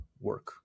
work